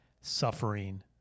suffering